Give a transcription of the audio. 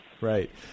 right